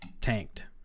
tanked